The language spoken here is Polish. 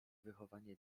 wychowanie